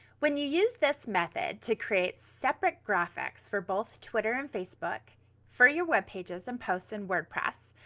when you use this method to create separate graphics for both twitter and facebook for your web pages and posts in wordpress,